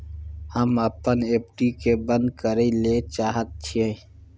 हम अपन एफ.डी बंद करय ले चाहय छियै